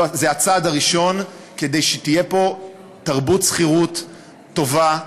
זה הצעד הראשון כדי שתהיה פה תרבות שכירות טובה,